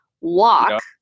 Walk